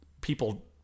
people